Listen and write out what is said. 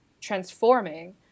transforming